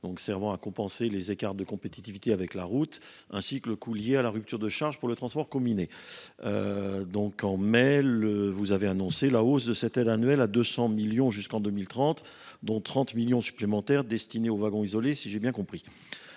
servant à compenser les écarts de compétitivité avec la route, ainsi que le coût lié à la rupture de charge pour le transport combiné. En mai, le Gouvernement a annoncé la hausse de cette aide annuelle à 200 millions d’euros jusqu’en 2030, dont 30 millions d’euros supplémentaires destinés aux services de wagons isolés, si j’ai bien compris.